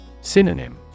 Synonym